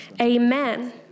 amen